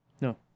no